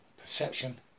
perception